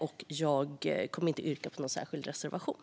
Jag kommer därför inte att yrka bifall till någon särskild reservation.